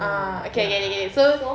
ah okay I get it get it so